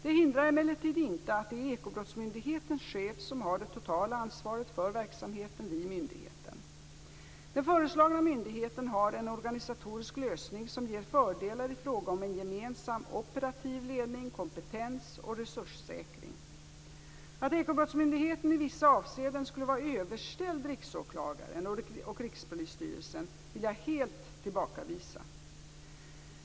Det hindrar emellertid inte att det är Ekobrottsmyndighetens chef som har det totala ansvaret för verksamheten vid myndigheten. Den föreslagna myndigheten har en organisatorisk lösning som ger fördelar i fråga om en gemensam operativ ledning, kompetens och resurssäkring. Att Ekobrottsmyndigheten i vissa avseenden skulle vara överställd Riksåklagaren och Rikspolisstyrelsen vill jag helt tillbakavisa.